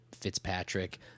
Fitzpatrick